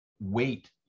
wait